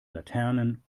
laternen